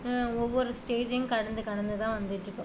ஒவ்வொரு ஸ்டேஜ்ஜையும் கடந்து கடந்து தான் வந்துகிட்டு இருக்குது